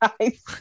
guys